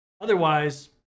Otherwise